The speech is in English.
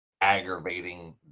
aggravating